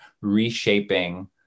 reshaping